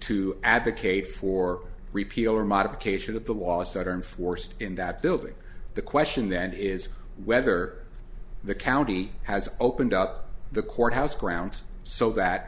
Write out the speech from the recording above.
to advocate for repeal or modification of the laws that are enforced in that building the question then is whether the county has opened up the courthouse grounds so that